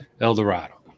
Eldorado